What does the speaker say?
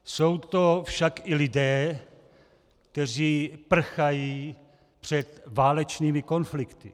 Jsou to však i lidé, kteří prchají před válečnými konflikty.